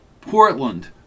Portland